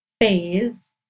phase